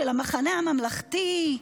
של המחנה הממלכתי,